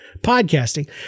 podcasting